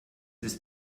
ist